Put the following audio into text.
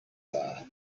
are